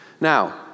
Now